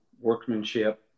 workmanship